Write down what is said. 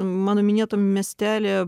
mano minėtam miestelyje